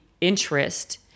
interest